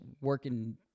working